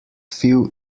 few